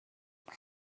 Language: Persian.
اما